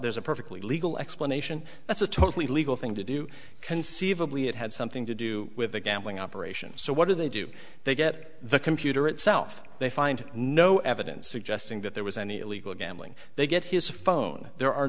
there's a perfectly legal explanation that's a totally legal thing to do conceivably it had something to do with the gambling operation so what do they do they get the computer itself they find no evidence suggesting that there was any illegal gambling they get his phone there are